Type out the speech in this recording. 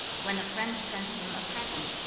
when a friend sent him a present,